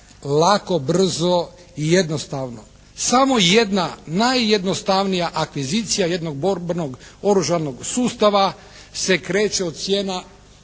lako, brzo i jednostavno. Samo jedna najjednostavnija akvizicija jednog borbenog oružanog sustava se kreće od cijena